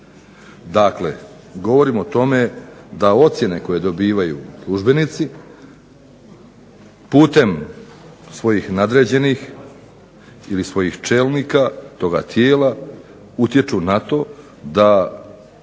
Dakle, govorim o tome da ocjene koje dobivaju službenici putem svojih nadređenih ili svojih čelnika toga tijela utječu na to da